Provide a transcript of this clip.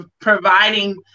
providing